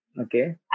Okay